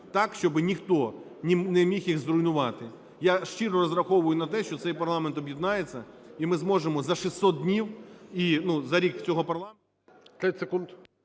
так, щоб ніхто не міг їх зруйнувати. Я щиро розраховую на те, що цей парламент об'єднається і ми зможемо за 600 днів, за рік цього парламенту…